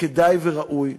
שכדאי וראוי,